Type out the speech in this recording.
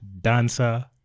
dancer